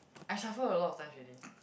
I shuffle a lot of times already